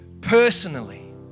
personally